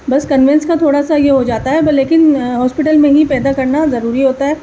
بس کنوینس کا تھوڑا سا یہ ہو جاتا ہے لیکن ہاسپٹل میں ہی پیدا کرنا ضروری ہوتا ہے